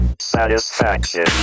Satisfaction